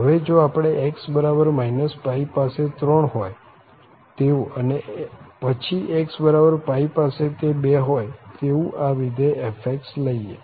હવે જો આપણે x π પાસે 3 હોય તેવું અને પછી xπ પાસે તે 2 હોય તેવું આ વિધેય f લઈએ